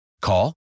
Call